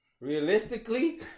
Realistically